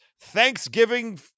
Thanksgiving